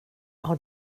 har